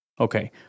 Okay